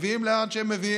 מביאים לאן שהם מביאים.